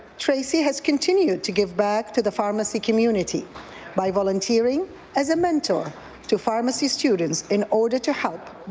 tracy has continued to give back to the pharmacy community by volunteering as a mentor to pharmacy students in order to help